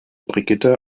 brigitte